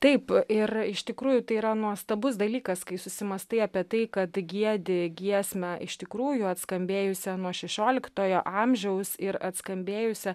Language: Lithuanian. taip ir iš tikrųjų tai yra nuostabus dalykas kai susimąstai apie tai kad giedi giesmę iš tikrųjų atskambėjusią nuo šešioliktojo amžiaus ir atskambėjusią